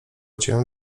cię